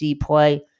play